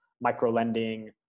micro-lending